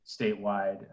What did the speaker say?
statewide